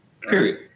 Period